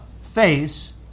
face